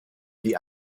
wie